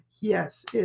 Yes